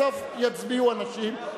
בסוף יצביעו אנשים,